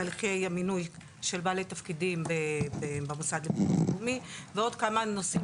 תהליכי מינוי של בעלי תפקידים במוסד לביטוח לאומי ועוד כמה נושאים